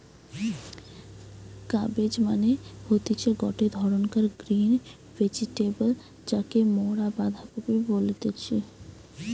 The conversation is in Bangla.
কাব্বেজ মানে হতিছে গটে ধরণকার গ্রিন ভেজিটেবল যাকে মরা বাঁধাকপি বলতেছি